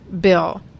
bill